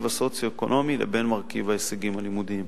הסוציו-אקונומי לבין מרכיב ההישגים הלימודיים.